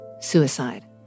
suicide